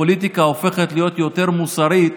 הפוליטיקה הופכת להיות יותר מוסרית